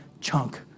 chunk